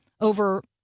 over